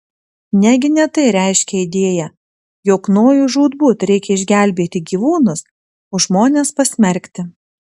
negi ne tai reiškia idėja jog nojui žūtbūt reikia išgelbėti gyvūnus o žmones pasmerkti